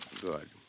Good